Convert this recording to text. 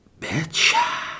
Bitch